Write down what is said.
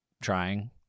trying